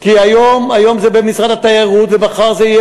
כי היום זה במשרד התיירות ומחר זה יהיה